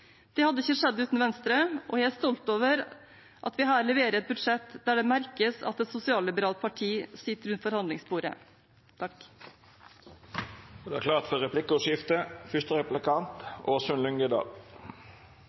Det hadde ikke skjedd uten Venstre. Jeg er stolt over at vi her leverer et budsjett der det merkes at et sosialliberalt parti sitter rundt forhandlingsbordet. Det vert replikkordskifte.